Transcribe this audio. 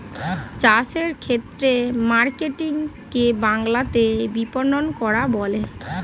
চাষের ক্ষেত্রে মার্কেটিং কে বাংলাতে বিপণন করা বলে